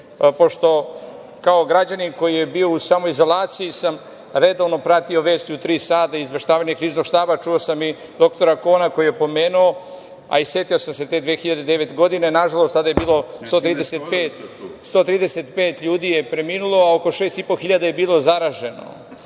godine. Kao građanin koji je bio u samoizolaciji, redovno sam pratio vesti u 15.00 časova i izveštavanje Kriznog štaba. Čuo sam i dr Kona koji je pomenuo, a i setio sam se te 2009. godine, nažalost, tada je 135 ljudi preminulo, a oko 6.500 ljudi je bilo zaraženo.